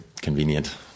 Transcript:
convenient